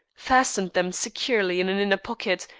fastened them securely in an inner pocket,